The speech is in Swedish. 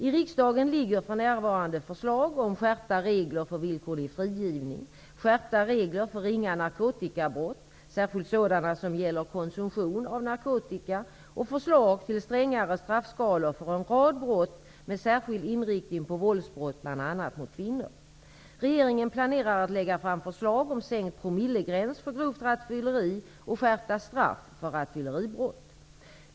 I riksdagen ligger för närvarande förslag om skärpta regler för villkorlig frigivning, skärpta regler för ringa narkotikabrott, särskilt sådana som gäller konsumtion av narkotika, och förslag till strängare straffskalor för en rad brott med särskild inriktning på våldsbrott, bl.a. mot kvinnor. Regeringen planerar att lägga fram förslag om sänkt promillegräns för grovt rattfylleri och skärpta straff för rattfylleribrott.